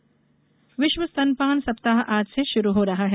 स्तनपान सप्ताह विश्व स्तनपान सप्ताह आज से शुरू हो रहा है